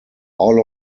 all